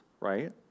right